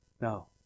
No